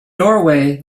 norway